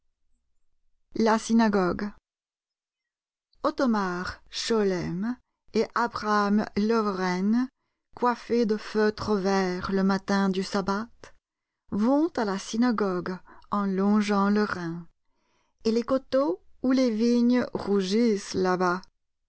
des vignes ottomar scholem et abraham loeweren coiffés de feutres verts le matin du sabbat vont à la synagogue en longeant le rhin et les coteaux où les vignes rougissent là-bas